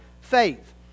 faith